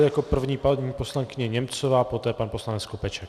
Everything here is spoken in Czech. Jako první paní poslankyně Němcové, poté pan poslanec Skopeček.